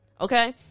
Okay